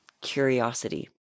curiosity